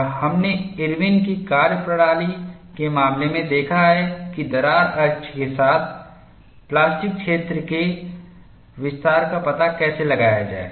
और हमने इरविनIrwin's की कार्यप्रणाली के मामले में देखा है कि दरार अक्ष के साथ प्लास्टिक क्षेत्र के विस्तार का पता कैसे लगाया जाए